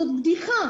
זאת בדיחה.